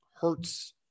hurts